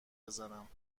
بزنم